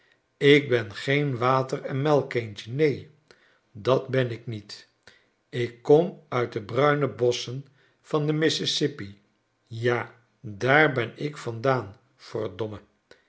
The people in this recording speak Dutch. ik ben geen papkind neen dat ben ik niet ik kom uit de bruine bosschen van den mississippi ja daar ben ik vandaan